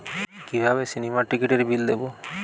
কিভাবে সিনেমার টিকিটের বিল দেবো?